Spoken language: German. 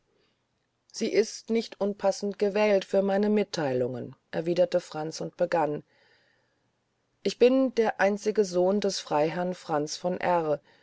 sie ist nicht unpassend gewählt für meine mittheilungen erwiderte franz und begann ich bin der einzige sohn des freiherrn franz von r